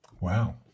Wow